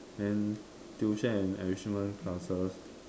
then tuition and enrichment classes